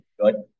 Good